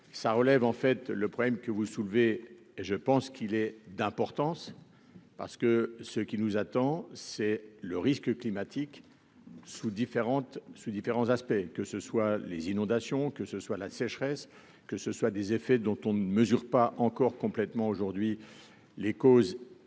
ça relève en fait le problème que vous soulevez, et je pense qu'il est d'importance, parce que ce qui nous attend, c'est le risque climatique sous différentes sous différents aspects, que ce soit les inondations, que ce soit la sécheresse, que ce soit des effets dont on ne mesure pas encore complètement aujourd'hui les causes et le